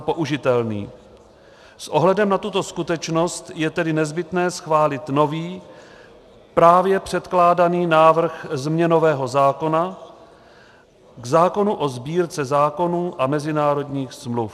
S ohledem na tuto skutečnost je tedy nezbytné schválit nový, právě předkládaný návrh změnového zákona k zákonu o Sbírce zákonů a mezinárodních smluv.